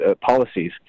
policies